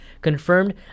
confirmed